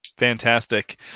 Fantastic